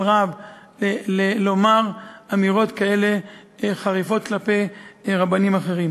רב לומר אמירות חריפות כאלה כלפי רבנים אחרים,